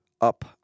up